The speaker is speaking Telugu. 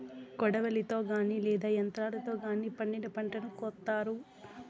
కొడవలితో గానీ లేదా యంత్రాలతో గానీ పండిన పంటను కోత్తారు